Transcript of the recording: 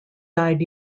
died